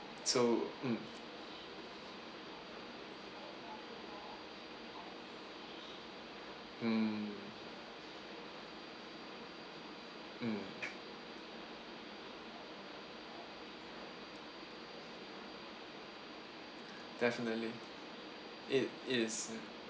so mm mm mm definitely it it is